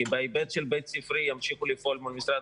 כי בהיבט הבית ספרי ימשיכו לפעול מול משרד